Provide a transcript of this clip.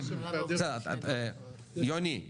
הוועד ----- יוני,